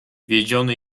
wiedziony